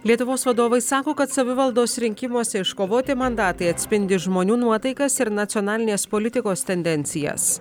lietuvos vadovai sako kad savivaldos rinkimuose iškovoti mandatai atspindi žmonių nuotaikas ir nacionalinės politikos tendencijas